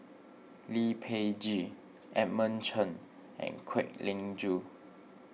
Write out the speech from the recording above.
Lee Peh Gee Edmund Chen and Kwek Leng Joo